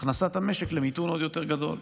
הכנסת המשק למיתון עוד יותר גדול.